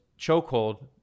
chokehold